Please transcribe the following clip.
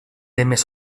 temes